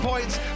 Points